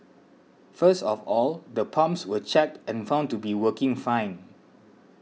first of all the pumps were checked and found to be working fine